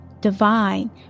Divine